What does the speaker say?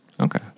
Okay